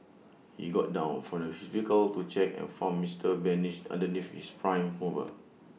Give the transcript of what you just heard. he got down from his vehicle to check and found Mister danish underneath his prime mover